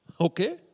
Okay